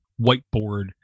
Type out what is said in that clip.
whiteboard